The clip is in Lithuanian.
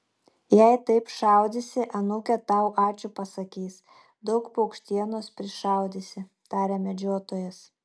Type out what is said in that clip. jei taip šaudysi anūkė tau ačiū pasakys daug paukštienos prišaudysi tarė medžiotojas